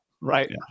Right